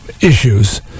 issues